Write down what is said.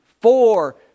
four